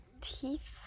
teeth